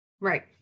Right